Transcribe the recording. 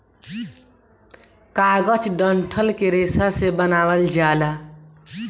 कागज डंठल के रेशा से बनावल जाला